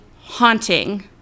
haunting